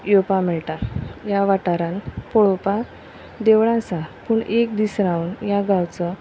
येवपा मेळटा ह्या वाठारांत पळोवपाक देवळां आसा पूण एक दीस रावन ह्या गांवचो